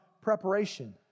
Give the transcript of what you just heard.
preparation